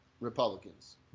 Republicans